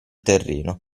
terreno